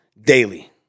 daily